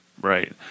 Right